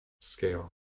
scale